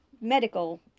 medical